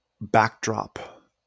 backdrop